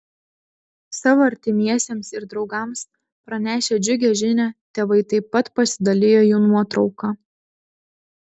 savo artimiesiems ir draugams pranešę džiugią žinią tėvai taip pat pasidalijo jų nuotrauka